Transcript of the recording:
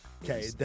Okay